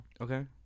Okay